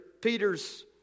Peter's